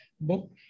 book